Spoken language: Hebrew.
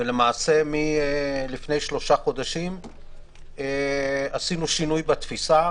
ומלפני שלושה חודשים עשינו שינוי בתפיסה,